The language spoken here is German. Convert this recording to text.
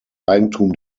eigentum